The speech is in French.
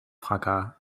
fracas